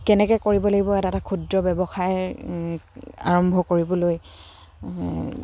কেনেকৈ কৰিব লাগিব এটা এটা ক্ষুদ্ৰ ব্যৱসায় আৰম্ভ কৰিবলৈ